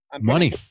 money